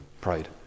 pride